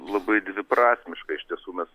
labai dviprasmiška iš tiesų mes